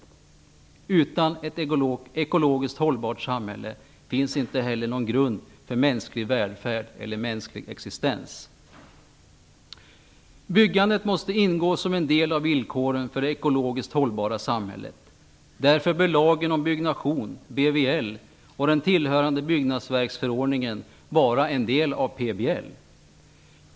Utan ett ekologiskt hållbart samhälle finns inte heller någon grund för mänsklig välfärd eller mänsklig existens. Byggandet måste ingå som en del av villkoren för det ekologiskt hållbara samhället, därför bör lagen om byggnation, BVL, och den tillhörande byggnadsverksförordningen vara en del av PBL.